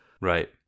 right